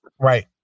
Right